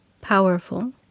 Powerful